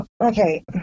Okay